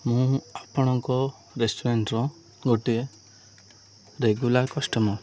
ମୁଁ ଆପଣଙ୍କ ରେଷ୍ଟୁରାଣ୍ଟର ଗୋଟିଏ ରେଗୁଲାର୍ କଷ୍ଟମର୍